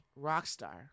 Rockstar